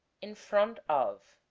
in front of